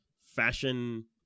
fashion